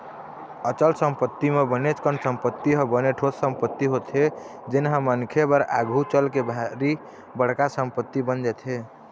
अचल संपत्ति म बनेच कन संपत्ति ह बने ठोस संपत्ति होथे जेनहा मनखे बर आघु चलके भारी बड़का संपत्ति बन जाथे